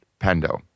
Pendo